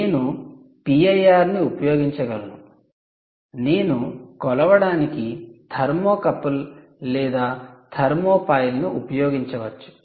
నేను 'పిఐఆర్' ఉపయోగించగలను నేను కొలవడానికి 'థర్మోకపుల్' లేదా 'థర్మోపైల్' 'thermocouple' or 'thermopile' ఉపయోగించవచ్చు